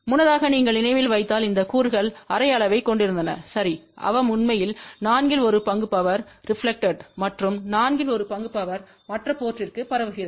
முன்னதாக நீங்கள் நினைவில் வைத்தால் இந்த கூறுகள் அரை அளவைக் கொண்டிருந்தன சரி அவ உண்மையில் நான்கில் ஒரு பங்கு பவர் ரெப்லக்டெட்து மற்றும் நான்கில் ஒரு பங்கு பவர் மற்ற போர்ட்த்திற்கு பரவுகிறது